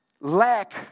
lack